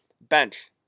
Bench